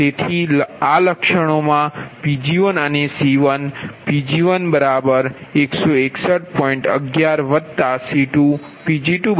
તેથી લક્ષણો માં Pg1અને C1Pg1161